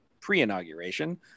pre-inauguration